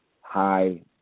high